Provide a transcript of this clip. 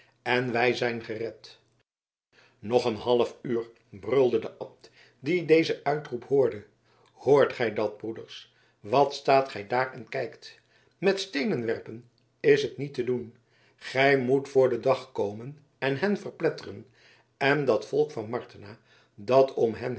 en wij zijn gered nog een halfuur brulde de abt die dezen uitroep hoorde hoort gij dat broeders wat staat gij daar en kijkt met steenen werpen is het niet te doen gij moet voor den dag komen en hen verpletteren en dat volk van martena dat om hen